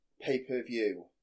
pay-per-view